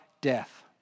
death